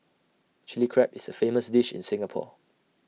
Chilli Crab is A famous dish in Singapore